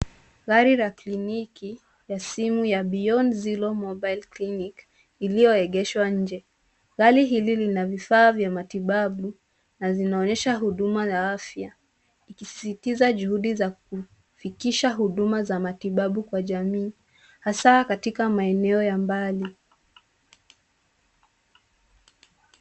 Gari la kliniki ya simu ya Beyond Zero Mobile Clinic iliyoegeshwa nje. Gari hili lina vifaa vya matibabu an zinaonyesha huduma ya afya ikisisitiza juhudi za kufikisha huduma za matibabu kwa jamii hasa katika maeneo ya mbali.